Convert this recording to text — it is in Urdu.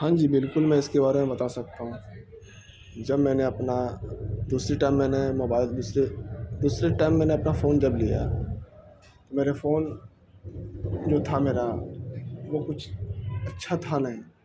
ہاں جی بالکل میں اس کے بارے میں بتا سکتا ہوں جب میں نے اپنا دوسری ٹائم میں نے موبائل دوسرے دوسرے ٹائم میں نے اپنا فون جب لیا میرے فون جو تھا میرا وہ کچھ اچھا تھا نہیں